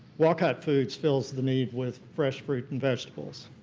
wolcott foods fills the need with fresh fruit and vegetables.